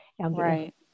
Right